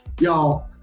Y'all